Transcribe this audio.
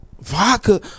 Vodka